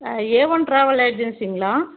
ஆ ஏ one travel ஏஜென்சிங்களா